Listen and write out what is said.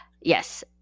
yes